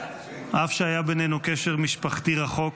אף שהיה בינינו קשר משפחתי רחוק,